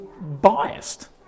biased